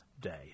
day